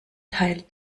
teil